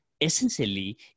essentially